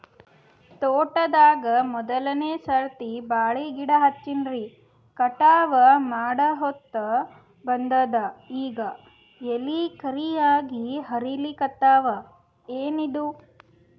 ತೋಟದಾಗ ಮೋದಲನೆ ಸರ್ತಿ ಬಾಳಿ ಗಿಡ ಹಚ್ಚಿನ್ರಿ, ಕಟಾವ ಮಾಡಹೊತ್ತ ಬಂದದ ಈಗ ಎಲಿ ಕರಿಯಾಗಿ ಹರಿಲಿಕತ್ತಾವ, ಏನಿದು?